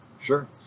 sure